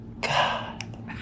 God